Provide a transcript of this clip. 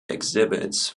exhibits